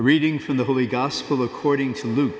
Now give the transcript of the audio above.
reading from the holy gospel according to l